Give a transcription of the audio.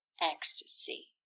ecstasy